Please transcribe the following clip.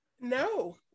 No